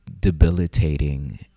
debilitating